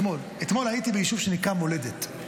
אתמול הייתי ביישוב שנקרא מולדת.